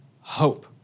hope